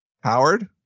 Howard